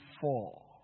four